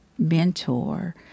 mentor